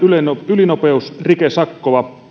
ylinopeusrikesakkoa